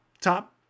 top